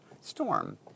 Storm